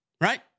Right